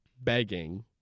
begging